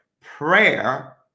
Prayer